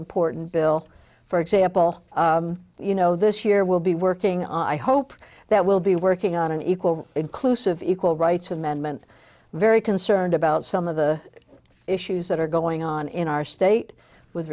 important bill for example you know this year will be working i hope that we'll be working on an equal inclusive equal rights amendment very concerned about some of the issues that are going on in our state with